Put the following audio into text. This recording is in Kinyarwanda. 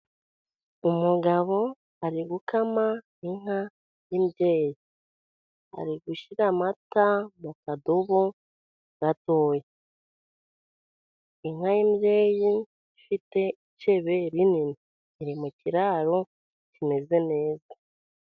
Umugabo ari gukama inka y'imbyeyi, ari gushyira amata mu kadobo gatoya. Inka y'imbyeyi ifite icebe rinini, iri mu kiraro kimeze neza.